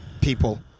people